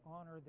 honor